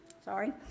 sorry